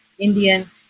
Indian